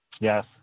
Yes